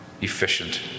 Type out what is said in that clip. efficient